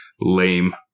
lame